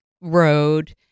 road